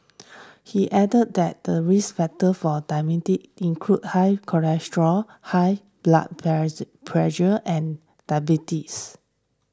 he added that the risk factors for include high cholesterol high blood pressure and diabetes